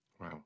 Wow